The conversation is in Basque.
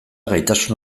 gaitasun